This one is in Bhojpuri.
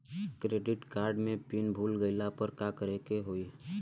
क्रेडिट कार्ड के पिन भूल गईला पर का करे के होई?